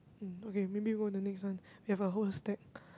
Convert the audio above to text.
um okay maybe go the next one we have a whole step